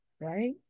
right